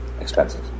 expenses